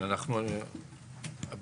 אנחנו נציג את הממצאים העיקריים.